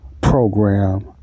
program